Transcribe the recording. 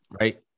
right